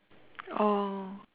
oh